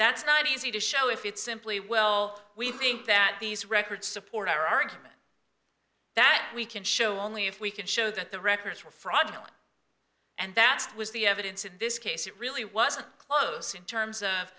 that's not easy to show if it's simply well we think that these records support our argument that we can show only if we can show that the records were fraudulent and that was the evidence in this case it really wasn't close in terms of